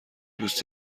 دوست